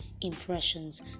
impressions